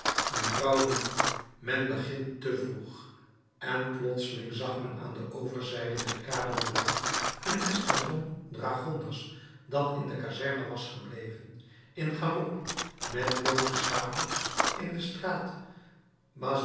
een vrouw riep men begint te vroeg en plotseling zag men aan de overzijde der kade morland een escadron dragonders dat in de kazerne was gebleven in galop met bloote sabels in de straat